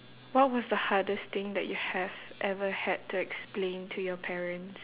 what was the hardest thing that you have ever had to explain to your parents